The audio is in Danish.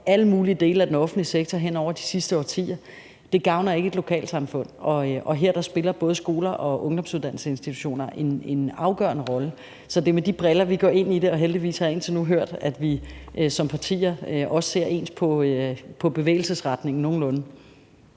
alle mulige dele af den offentlige sektor hen over de sidste årtier, og det gavner ikke et lokalsamfund. Og her spiller både skoler og ungdomsuddannelsesinstitutioner en afgørende rolle. Så det er med de briller på, vi går ind i det, og heldigvis har jeg indtil nu hørt, at vi som partier ser nogenlunde ens på bevægelsesretningen. Kl.